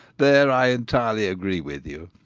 there i entirely agree with you!